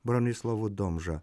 bronislovu domža